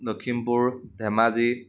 Lakhimpur Dhemaji